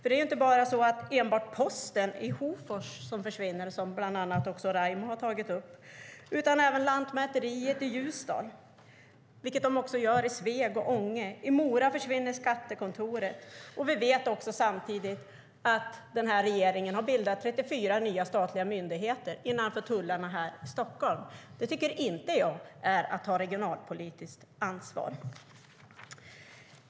Det är inte bara Posten i Hofors som försvinner, som Raimo bland annat har tagit upp, utan även Lantmäteriet i Ljusdal, i Sveg och i Ånge. I Mora försvinner skattekontoret. Vi vet samtidigt att regeringen har bildat 34 nya statliga myndigheter innanför tullarna i Stockholm. Det tycker inte jag är att ta regionalpolitiskt ansvar.